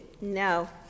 No